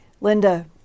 Linda